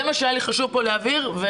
זה מה שהיה לי חשוב להבהיר פה.